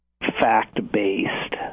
fact-based